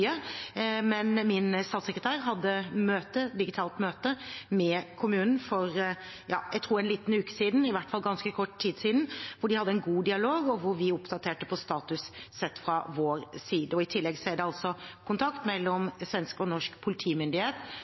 Men min statssekretær hadde et digitalt møte med kommunen for en liten uke siden – tror jeg, i hvert fall for ganske kort tid siden – hvor de hadde en god dialog, og hvor vi oppdaterte på status sett fra vår side. I tillegg er det altså kontakt mellom svensk og norsk politimyndighet